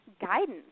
guidance